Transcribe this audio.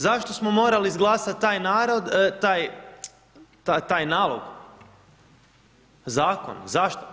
Zašto smo morali izglasat taj narod, taj nalog, zakon, zašto?